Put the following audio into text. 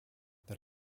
that